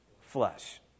Flesh